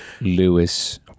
Lewis